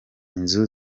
inzu